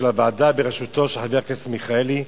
של הוועדה בראשותו של חבר הכנסת מיכאלי,